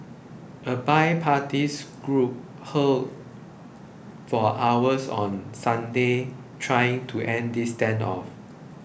a bi parties group huddled for hours on Sunday trying to end the standoff